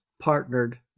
partnered